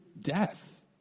death